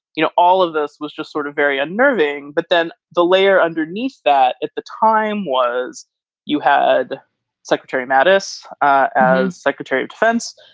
you know, all of this was just sort of very unnerving. but then the layer underneath that at the time was you had secretary mattis as secretary of defense.